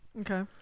Okay